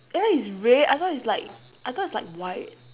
!huh! it's red I thought it's like I thought it's like white